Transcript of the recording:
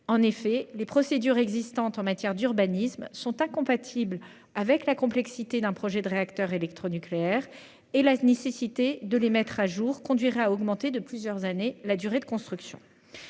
En effet, les procédures existantes en matière d'urbanisme sont incompatibles avec la complexité d'un projet de réacteur électronucléaire, et la nécessité de les mettre à jour conduirait à augmenter de plusieurs années la durée de construction.